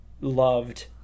loved